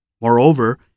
Moreover